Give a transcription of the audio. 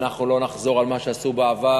אנחנו לא נחזור על מה שעשו בעבר,